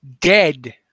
dead